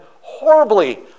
horribly